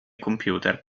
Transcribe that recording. computer